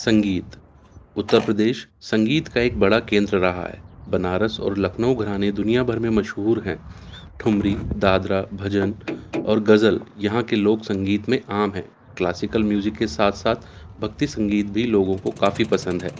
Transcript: سنگیت اتر پردیش سنگیت کا ایک بڑا کیندر رہا ہے بنارس اور لکھنؤ گھران دنیا بھر میں مشہور ہیں ٹھبری دادرا بھجن اور غزل یہاں کے لوک سنگیت میں عام ہیں کلاسیکل میوزک کے ساتھ ساتھ بھکتی سنگیت بھی لوگوں کو کافی پسند ہے